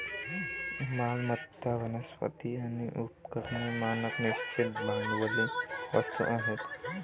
मालमत्ता, वनस्पती आणि उपकरणे मानक निश्चित भांडवली वस्तू आहेत